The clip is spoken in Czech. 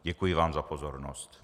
Děkuji vám za pozornost.